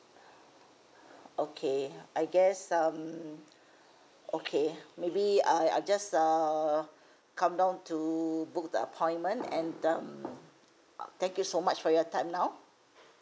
okay I guess um okay maybe I I'll just err come down to book the appointment and um thank you so much for your time now